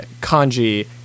Kanji